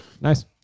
Nice